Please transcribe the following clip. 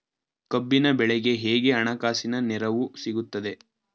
ಕಬ್ಬಿನ ಬೆಳೆಗೆ ಹೇಗೆ ಹಣಕಾಸಿನ ನೆರವು ಸಿಗುತ್ತದೆ?